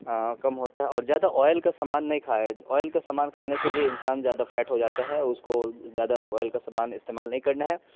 کم ہوتا ہے اور زیادہ آئل کا سامان نہیں کھائے آئل کا سامان کھانے سے بھی انسان زیادہ فیٹ ہو جاتا ہے اور اس کو زیادہ آئل کا سامان استعمال نہیں کرنا ہے